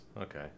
Okay